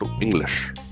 English